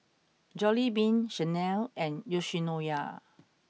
Jollibean Chanel and Yoshinoya